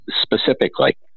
specifically